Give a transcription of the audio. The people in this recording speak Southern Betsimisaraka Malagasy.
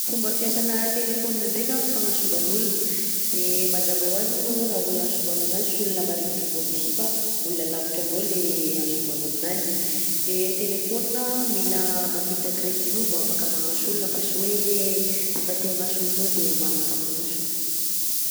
Fomba fiasana téléphone ndreka fagnatsovan'olo, de mazava ho azy moko arao raha olo antsovanao zany tsy olo marivorivo anao sy fa olo alavitra anao le antsovanao aminanjy, de téléphone mila mampiditra crédit anao vaoafaka magnantso olo fa tsy hoe rehefa te agnantso anao de mahafaka magnantso.